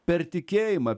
per tikėjimą